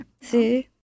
see